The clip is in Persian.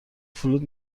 فلوت